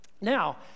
Now